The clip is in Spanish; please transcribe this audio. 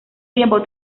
tiempo